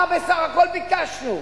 מה בסך הכול ביקשנו?